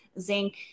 zinc